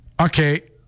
okay